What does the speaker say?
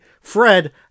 fred